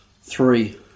Three